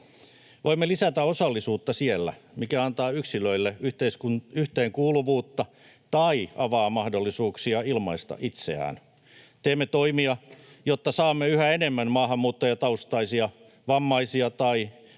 Voimme lisätä osallisuutta siinä, mikä antaa yksilöille yhteenkuuluvuutta tai avaa mahdollisuuksia ilmaista itseään: teemme toimia, jotta saamme yhä enemmän maahanmuuttajataustaisia, vammaisia tai